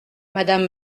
madame